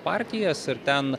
partijas ir ten